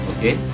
Okay